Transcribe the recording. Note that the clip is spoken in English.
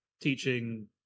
teaching